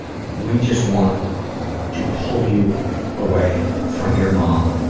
we just want to pull you away from your mom